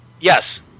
Yes